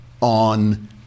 on